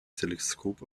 teleskop